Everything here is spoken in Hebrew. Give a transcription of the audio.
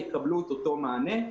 יקבלו את אותו מענה.